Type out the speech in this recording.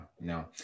no